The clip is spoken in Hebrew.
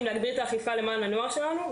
להגביר את האכיפה למען הנוער שלנו.